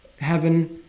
heaven